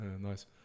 Nice